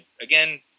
again